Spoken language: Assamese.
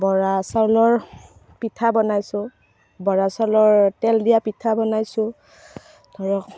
বৰা চাউলৰ পিঠা বনাইছোঁ বৰা চাউলৰ তেল দিয়া পিঠা বনাইছোঁ ধৰক